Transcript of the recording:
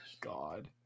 God